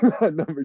Number